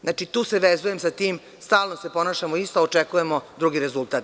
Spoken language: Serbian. Znači, tu se vezujem sa tim stalno se ponašamo isto, a očekujemo drugi rezultat.